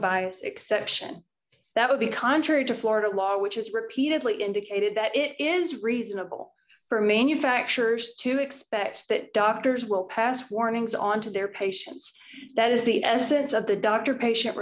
bias exception that would be contrary to florida law which has repeatedly indicated that it is reasonable for manufacturers to expect that doctors will pass warnings on to their patients that is the essence of the doctor patient